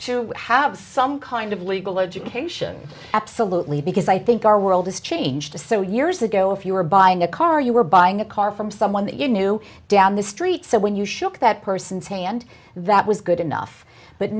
to have some kind of legal education absolutely because i think our world has changed to so years ago if you were buying a car you were buying a car from someone that you knew down the street so when you shook that person's hand that was good enough but